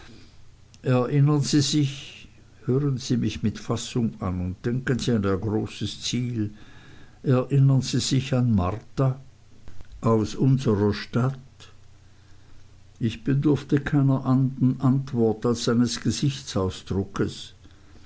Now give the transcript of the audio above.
erinnern sie sich hören sie mich mit fassung an und denken sie an ihr großes ziel erinnern sie sich an marta aus unserer stadt ich bedurfte keiner andern antwort als seines gesichtsausdruckes